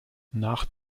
nach